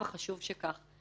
וחשוב שכך.